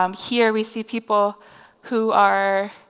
um here we see people who are